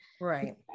right